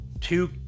two